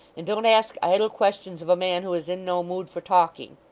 and don't ask idle questions of a man who is in no mood for talking